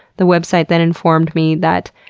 the website then informed me that,